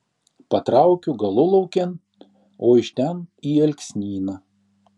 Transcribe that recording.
patraukiu galulaukėn o iš ten į alksnyną